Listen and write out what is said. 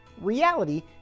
Reality